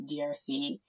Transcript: DRC